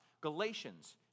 Galatians